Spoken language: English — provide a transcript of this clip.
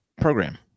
program